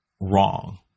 wrong